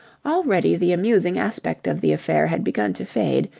already the amusing aspect of the affair had begun to fade,